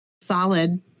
solid